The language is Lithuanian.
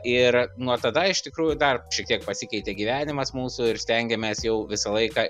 ir nuo tada iš tikrųjų dar šiek tiek pasikeitė gyvenimas mūsų ir stengiamės jau visą laiką